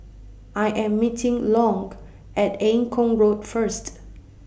I Am meeting Long At Eng Kong Road First